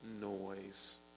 noise